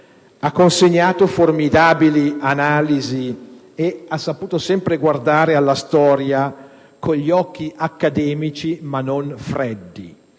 ha consegnato formidabili analisi e ha saputo sempre guardare alla storia con occhi accademici ma non freddi.